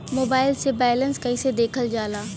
Mobile से balance कइसे देखल जाला?